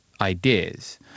ideas